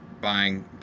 buying